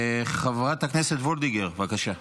חברת הכנסת וולדיגר, בבקשה.